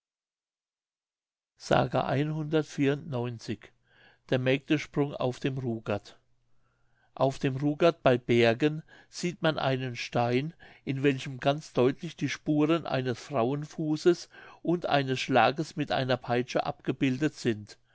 der mägdesprung auf dem rugard auf dem rugard bei bergen sieht man einen stein in welchem ganz deutlich die spuren eines frauenfußes und eines schlages mit einer peitsche abgebildet sind